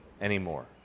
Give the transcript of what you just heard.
anymore